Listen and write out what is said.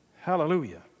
Hallelujah